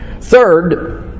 Third